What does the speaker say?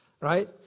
right